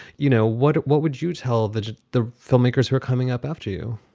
you know what? what would you tell the the filmmakers who are coming up after you?